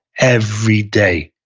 every day.